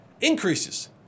increases